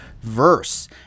Verse